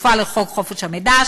כפופה לחוק חופש המידע,